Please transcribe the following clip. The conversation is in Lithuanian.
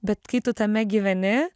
bet kai tu tame gyveni